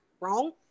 wrong